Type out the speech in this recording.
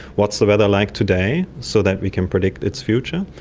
what's the weather like today, so that we can predict its future,